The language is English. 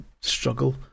struggle